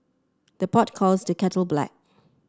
the pot calls the kettle black